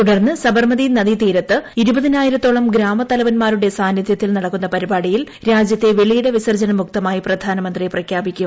തുടർന്ന് സ്ബർമ്തി നദീതീരത്ത് ഇരുപതിനായിരത്തോളം ഗ്രാമത്തല്പ്പൻമ്ാരുടെ സാന്നിദ്ധ്യത്തിൽ നടക്കുന്ന പരിപാടിയിൽ രാജ്യത്തെ വെളിയിട്ടു പ്പിസർജ്ജനമുക്തമായി പ്രധാനമന്ത്രി പ്രഖ്യാപിക്കും